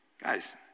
guys